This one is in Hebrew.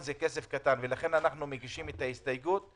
לכן אנו מגישים את ההסתייגות.